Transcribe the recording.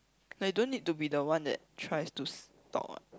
like you don't need to be the one that tries to s~ talk [what]